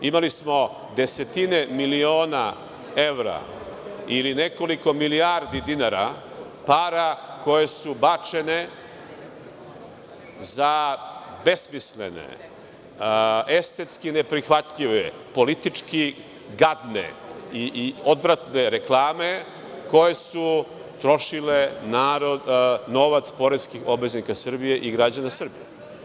Imali smo desetine miliona evra ili nekoliko milijardi dinara, para koje su bačene za besmislene, estetski neprihvatljive, politički gadne i odvratne reklame koje su trošile novac poreskih obveznika Srbije i građana Srbije.